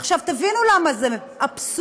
עכשיו, תבינו למה זה אבסורד,